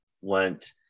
went